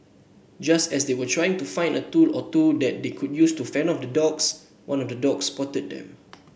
just as they were trying to find a tool or two that they could use to fend off the dogs one of the dogs spotted them